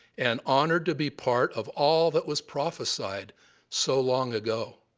and honored to be part of all that was prophesied so long ago.